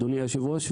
אדוני היושב-ראש,